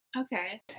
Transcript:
Okay